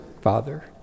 Father